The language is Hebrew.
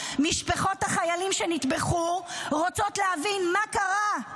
משפחות החיילים שנטבחו רוצות להבין מה קרה,